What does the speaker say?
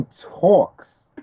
talks